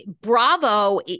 Bravo